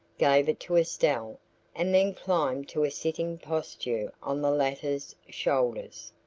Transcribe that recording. gave it to estelle and then climbed to a sitting posture on the latter's shoulders.